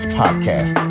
podcast